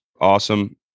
awesome